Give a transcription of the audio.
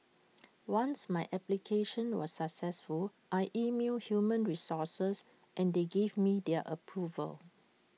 once my application was successful I emailed human resources and they gave me their approval